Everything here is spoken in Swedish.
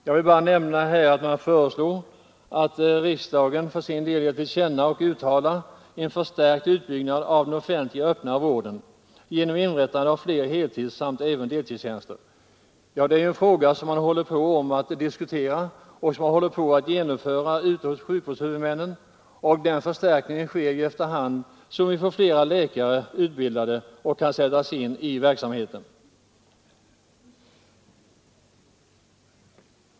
Jag vill bara nämna att man i reservationen föreslår att riksdagen uttalar sig för en förstärkt utbyggnad av den offentliga öppna vården genom inrättandet av fler heltidsmen även deltidstjänster. Det är en fråga som är under diskussion, och sjukvårdshuvudmännen genomför också en sådan förstärkning efter hand som det utbildas läkare som kan sättas in i verksamheten.